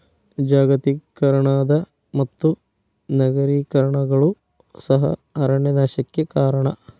ಜಾಗತೇಕರಣದ ಮತ್ತು ನಗರೇಕರಣಗಳು ಸಹ ಅರಣ್ಯ ನಾಶಕ್ಕೆ ಕಾರಣ